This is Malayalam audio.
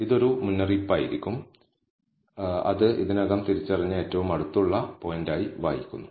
ഇത് ഒരു മുന്നറിയിപ്പായിരിക്കും അത് ഇതിനകം തിരിച്ചറിഞ്ഞ ഏറ്റവും അടുത്തുള്ള പോയിന്റായി വായിക്കുന്നു